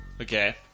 Okay